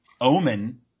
omen